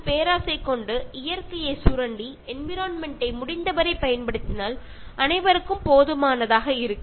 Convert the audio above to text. പക്ഷേ ചിലർ വളരെ അത്യാഗ്രഹത്തെ പ്രകൃതിയെ ചൂഷണം ചെയ്താൽ എല്ലാവർക്കും ഉപയോഗിക്കാൻ വിഭവങ്ങൾ തികയില്ല